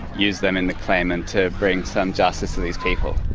use them in the claim and to bring some justice to these people.